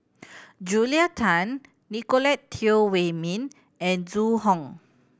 Julia Tan Nicolette Teo Wei Min and Zhu Hong